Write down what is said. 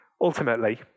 Ultimately